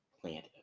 plant